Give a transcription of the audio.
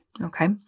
Okay